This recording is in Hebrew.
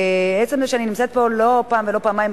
ועצם זה שאני נמצאת פה לא פעם ולא פעמיים,